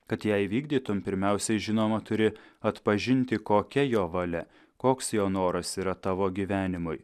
kad ją įvykdytum pirmiausiai žinoma turi atpažinti kokia jo valia koks jo noras yra tavo gyvenimui